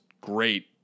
great